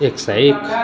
एक सए एक